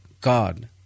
God